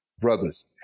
brothers